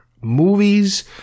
movies